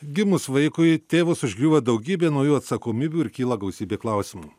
gimus vaikui tėvus užgriūva daugybė naujų atsakomybių ir kyla gausybė klausimų